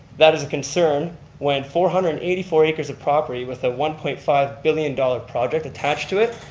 that is a concern when four hundred and eighty four acres of property with a one point five billion dollar project attached to it,